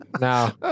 Now